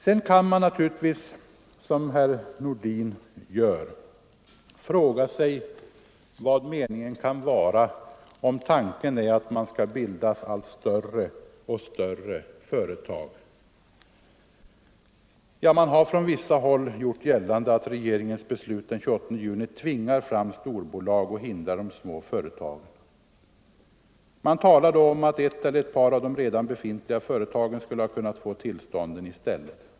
Man kan sedan, som herr Nordin gör, fråga sig vad meningen är bakom tanken att bilda allt större och större företag. Man har från vissa håll - Nr 122 gjort gällande att regeringens beslut av den 28 juni 1974 tvingar fram Torsdagen den storbolag och hindrar små företag. Man talar om att ett eller ett par 14 november 1974 av de redan befintliga företagen hade kunnat få tillstånden i stället.